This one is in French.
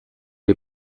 est